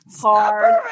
hard